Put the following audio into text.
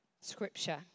scripture